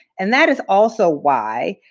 and that is also why